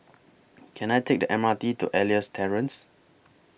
Can I Take The M R T to Elias Terrace